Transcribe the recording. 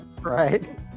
right